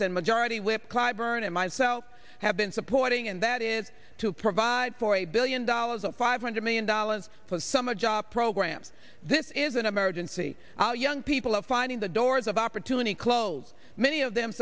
and majority whip cliburn and myself have been supporting and that is to provide for a billion dollars or five hundred million dollars for the summer job programs this is an emergency our young people are finding the doors of opportunity closed many of them